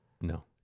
No